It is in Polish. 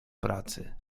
pracy